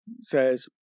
Says